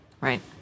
Right